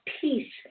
peace